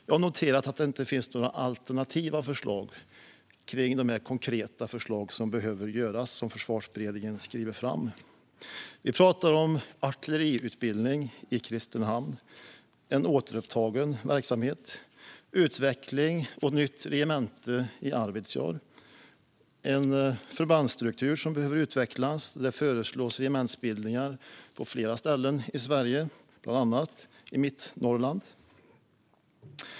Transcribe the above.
Jag har noterat att det inte finns några alternativa förslag till de konkreta förslag som behöver genomföras och som Försvarsberedningen skriver fram. Vi pratar om en återupptagen artilleriutbildning i Kristinehamn, utveckling och ett nytt regemente i Arvidsjaur och en förbandsstruktur som behöver utvecklas. Det föreslås regementsbildningar på flera ställen i Sverige, bland annat i Mittnorrland.